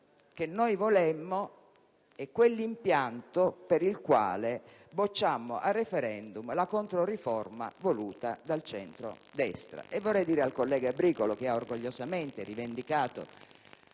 che noi volemmo e quell'impianto per il quale bocciammo al *referendum* la controriforma voluta dal centrodestra. Vorrei dire al collega Bricolo, che ha orgogliosamente rivendicato